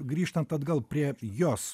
grįžtant atgal prie jos